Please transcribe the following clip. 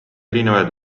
erinevaid